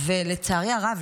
ולצערי הרב,